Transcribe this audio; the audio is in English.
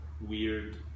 weird